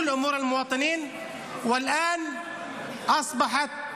ואנו רואים את התוצאות.